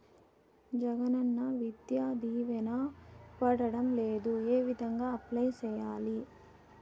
జగనన్న విద్యా దీవెన పడడం లేదు ఏ విధంగా అప్లై సేయాలి